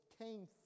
came